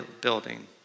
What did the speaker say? building